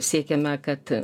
siekiame kad